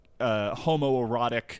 homoerotic